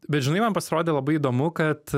bet žinai man pasirodė labai įdomu kad